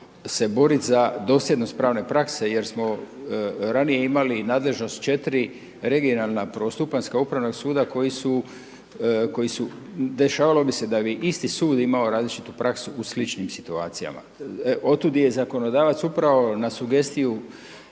se borit za dosljednost pravne prakse jer smo ranije imali nadležnost 4 regionalna prvostupanjska upravna suda koja su, dešavalo bi se da bi isti sud imao različitu praksu u sličnim situacijama, otud je zakonodavac upravo na sugestiju